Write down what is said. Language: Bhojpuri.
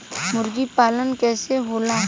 मुर्गी पालन कैसे होला?